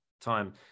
time